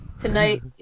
tonight